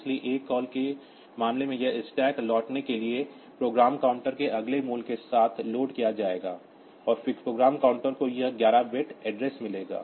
इसलिए acall के मामले में यह स्टैक लौटने के लिए प्रोग्राम काउंटर के अगले मूल्य के साथ लोड किया जाएगा और फिर प्रोग्राम काउंटर को वह 11 बिट एड्रेस मिलेगा